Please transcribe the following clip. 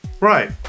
right